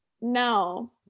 No